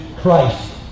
Christ